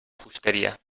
fusteria